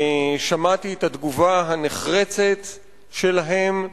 שמעתי את התגובה הנחרצת שלהם,